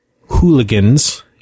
hooligans